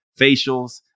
facials